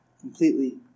completely